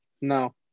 No